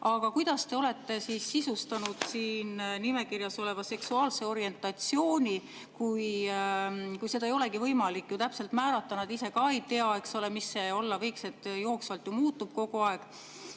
Aga kuidas te olete sisustanud siin nimekirjas oleva seksuaalse orientatsiooni, kui seda ei olegi võimalik ju täpselt määrata? Nad ise ka ei tea, mis see olla võiks, see jooksvalt ju muutub kogu aeg.